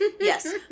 Yes